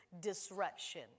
disruption